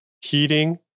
heating